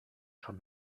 schon